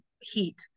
heat